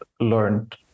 learned